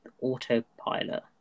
autopilot